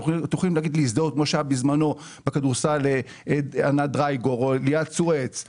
אתם יכולים להגיד לי שהיה בזמנו בכדורסל ענת דרייגור או ליעד צור או